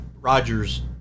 rogers